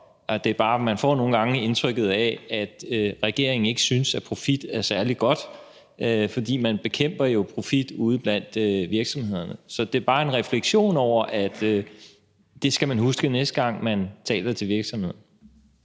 være noget godt. Man får nogle gange indtrykket af, at regeringen ikke synes, at profit er særlig godt, for man bekæmper jo profit ude blandt virksomhederne. Det er bare en refleksion over, at det er noget, man skal huske, næste gang man taler til virksomhederne.